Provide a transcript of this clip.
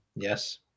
Yes